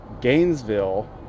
Gainesville